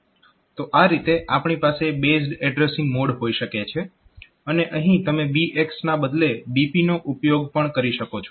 તો આ રીતે આપણી પાસે બેઝડ એડ્રેસીંગ મોડ હોઈ શકે છે અને અહીં તમે BX ના બદલે BP નો ઉપયોગ પણ કરી શકો છો